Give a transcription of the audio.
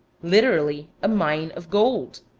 literally a mine of gold.